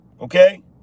okay